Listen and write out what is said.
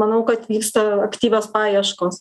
manau kad vyksta aktyvios paieškos